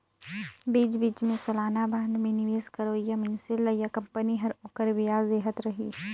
बीच बीच मे सलाना बांड मे निवेस करोइया मइनसे ल या कंपनी हर ओखर बियाज देहत रही